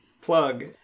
plug